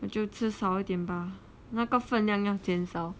我就吃少一点吧那个分量要减少